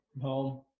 home